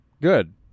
Good